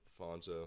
fonzo